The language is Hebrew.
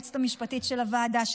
היועצת המשפטית של הוועדה,